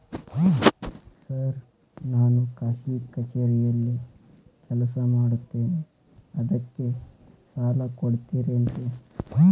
Sir ನಾನು ಖಾಸಗಿ ಕಚೇರಿಯಲ್ಲಿ ಕೆಲಸ ಮಾಡುತ್ತೇನೆ ಅದಕ್ಕೆ ಸಾಲ ಕೊಡ್ತೇರೇನ್ರಿ?